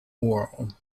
world